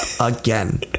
again